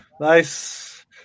Nice